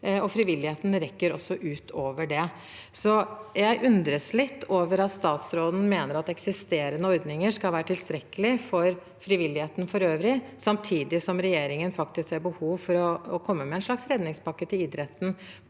frivilligheten rekker også utover det. Jeg undrer meg litt over at statsråden mener eksisterende ordninger skal være tilstrekkelig for frivilligheten for øvrig, samtidig som regjeringen ser behov for å komme med en slags redningspakke til idretten